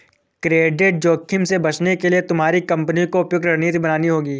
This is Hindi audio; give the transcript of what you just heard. क्रेडिट जोखिम से बचने के लिए तुम्हारी कंपनी को उपयुक्त रणनीति बनानी होगी